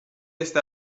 este